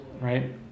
right